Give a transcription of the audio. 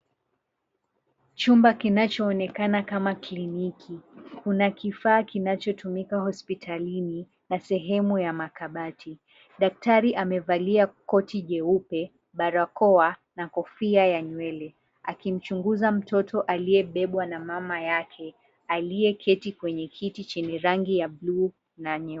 Chumba kinachoonekana kama kliniki. Kuna kifaa kinachotumika hospitalini na sehemu ya makabati. Daktari amevalia koti jeupe, barakoa na kofia ya nywele, akimchunguza mtoto aliyebebwa na mama yake, aliyeketi kwenye kiti chenye rangi ya bluu na nyeupe.